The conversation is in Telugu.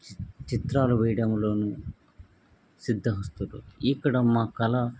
స్ చిత్రాలు వేయడంలో సిద్ధహస్తులు ఇక్కడ మా కళ